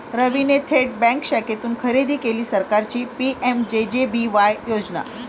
रवीने थेट बँक शाखेतून खरेदी केली सरकारची पी.एम.जे.जे.बी.वाय योजना